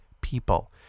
people